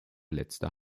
letzter